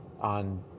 on